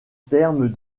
termes